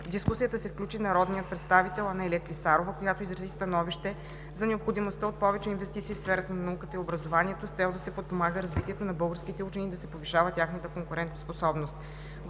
дискусията се включи народният представител Анелия Клисарова, която изрази становище за необходимостта от повече инвестиции в сферата на науката и образованието с цел да се подпомага развитието на българските учени и да се повишава тяхната конкурентоспособност.